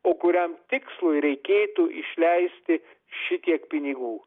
o kuriam tikslui reikėtų išleisti šitiek pinigų